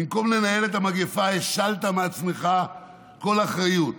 במקום לנהל את המגפה, השלת מעצמך כל אחריות